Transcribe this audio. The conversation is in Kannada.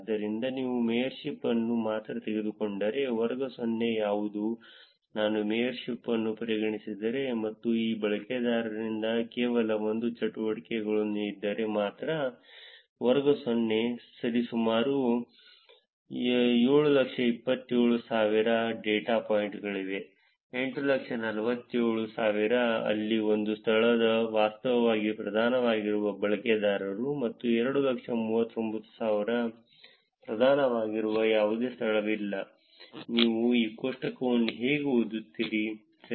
ಆದ್ದರಿಂದ ನೀವು ಮೇಯರ್ಶಿಪ್ ಅನ್ನು ಮಾತ್ರ ತೆಗೆದುಕೊಂಡರೆ ವರ್ಗ 0 ಯಾವುದು ನಾನು ಮೇಯರ್ಶಿಪ್ ಅನ್ನು ಪರಿಗಣಿಸಿದರೆ ಮತ್ತು ಈ ಬಳಕೆದಾರರಿಂದ ಕೇವಲ 1 ಚಟುವಟಿಕೆ ಇದ್ದರೆ ಮಾತ್ರ ವರ್ಗ 0 ನಲ್ಲಿ ಸುಮಾರು 727000 ಡೇಟಾ ಪಾಯಿಂಟ್ಗಳಿವೆ 847000 ಅಲ್ಲಿ ಒಂದು ಸ್ಥಳವು ವಾಸ್ತವವಾಗಿ ಪ್ರಧಾನವಾಗಿರುವ ಬಳಕೆದಾರರು ಮತ್ತು 239000 ಪ್ರಧಾನವಾಗಿರುವ ಯಾವುದೇ ಸ್ಥಳವಿಲ್ಲ ನೀವು ಈ ಕೋಷ್ಟಕವನ್ನು ಹೇಗೆ ಓದುತ್ತೀರಿ ಸರಿ